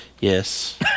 Yes